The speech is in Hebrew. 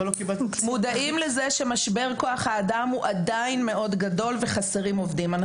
אנחנו מודעים לזה שמשבר כוח האדם הוא עדיין מאוד גדול וחסרים עובדים.